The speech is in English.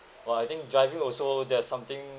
!wah! I think driving also there's something